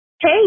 Hey